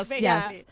yes